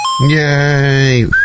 Yay